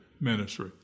ministry